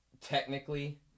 technically